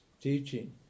teaching